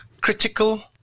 critical